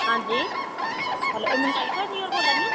हां जी हैलो एह् मोनालिका जी होर बोल्लै दियां